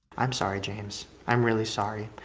i'm sorry, james. i'm really sorry.